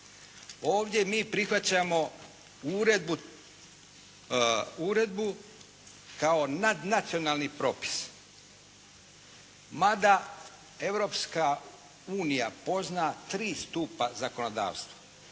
Ovdje mi prihvaćamo uredbu kao nadnacionalni propis mada Europska unija pozna tri stupa zakonodavstva,